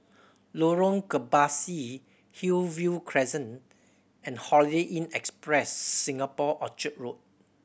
Lorong Kebasi Hillview Crescent and Holiday Inn Express Singapore Orchard Road